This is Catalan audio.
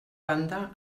banda